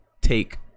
take